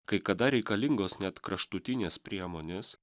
kai kada reikalingos net kraštutinės priemonės